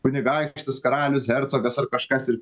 kunigaikštis karalius hercogas ar kažkas ir